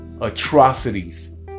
atrocities